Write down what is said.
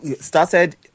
started